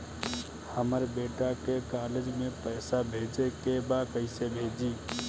हमर बेटा के कॉलेज में पैसा भेजे के बा कइसे भेजी?